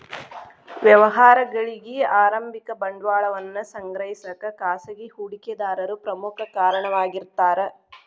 ವ್ಯವಹಾರಗಳಿಗಿ ಆರಂಭಿಕ ಬಂಡವಾಳವನ್ನ ಸಂಗ್ರಹಿಸಕ ಖಾಸಗಿ ಹೂಡಿಕೆದಾರರು ಪ್ರಮುಖ ಕಾರಣವಾಗಿರ್ತಾರ